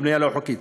הבנייה הלא-חוקית.